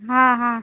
हा हा